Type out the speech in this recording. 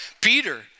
Peter